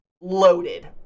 loaded